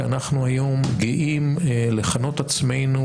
כשאנחנו היום גאים לכנות את עצמנו,